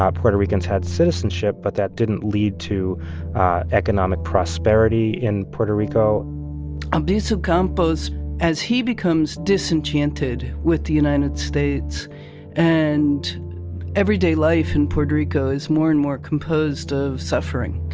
ah puerto ricans had citizenship, but that didn't lead to economic prosperity in puerto rico albizu campos as he becomes disenchanted with the united states and everyday life in puerto rico is more and more composed of suffering,